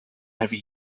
heavy